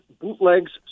bootlegs